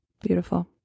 Beautiful